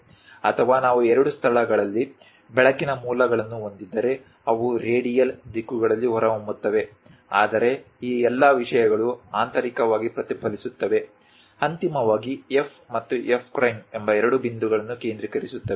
ಅಥವಾ ನಾವು ಎರಡು ಸ್ಥಳಗಳಲ್ಲಿ ಬೆಳಕಿನ ಮೂಲಗಳನ್ನು ಹೊಂದಿದ್ದರೆ ಅವು ರೇಡಿಯಲ್ ದಿಕ್ಕುಗಳಲ್ಲಿ ಹೊರಹೊಮ್ಮುತ್ತವೆ ಆದರೆ ಈ ಎಲ್ಲ ವಿಷಯಗಳು ಆಂತರಿಕವಾಗಿ ಪ್ರತಿಫಲಿಸುತ್ತವೆ ಅಂತಿಮವಾಗಿ F ಮತ್ತು F ಪ್ರೈಮ್ ಎಂಬ ಎರಡು ಬಿಂದುಗಳನ್ನು ಕೇಂದ್ರೀಕರಿಸುತ್ತವೆ